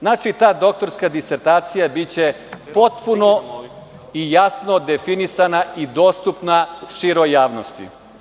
Znači, ta doktorska disertacija biće potpuno i jasno definisana i dostupna široj javnosti.